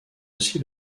aussi